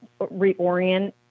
reorient